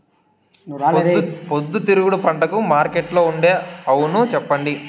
పొద్దుతిరుగుడు పంటకు మార్కెట్లో ఉండే అవును చెప్పండి?